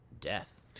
death